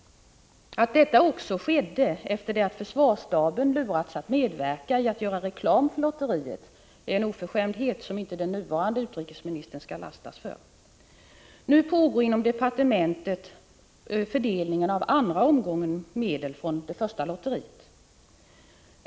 Att detta också skedde efter det att försvarsstaben lurats att medverka i att göra reklam för lotteriet är en oförskämdhet som inte den nuvarande utrikesministern skall lastas för. Inom departementet pågår nu fördelningen av andra omgången medel från det första lotteriet.